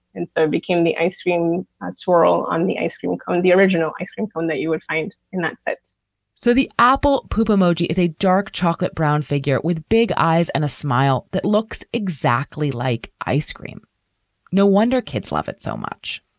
and so it became the ice cream squirrel on the ice cream cone, the original ice cream cone that you would find, and that's it so the apple poop emoji is a dark chocolate brown figure with big eyes and a smile that looks exactly like ice cream no wonder kids love it so much